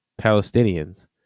Palestinians